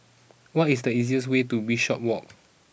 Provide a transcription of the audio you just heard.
what is the easiest way to Bishopswalk